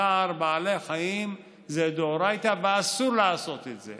צער בעלי החיים זה דאורייתא ואסור לעשות את זה.